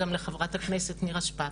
גם לחברת הכנסת נירה שפק,